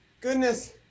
Goodness